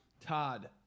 Todd